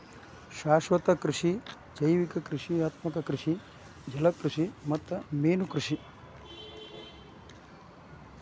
ಶಾಶ್ವತ ಕೃಷಿ ಜೈವಿಕ ಕ್ರಿಯಾತ್ಮಕ ಕೃಷಿ ಜಲಕೃಷಿ ಮತ್ತ ಮೇನುಕೃಷಿ